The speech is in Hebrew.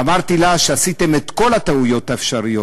ואמרתי לה שעשיתם את כל הטעויות האפשריות.